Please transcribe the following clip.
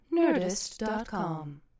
nerdist.com